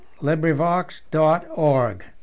LibriVox.org